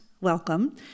welcome